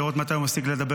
לראות מתי הוא מפסיק לדבר.